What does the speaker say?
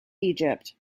egypt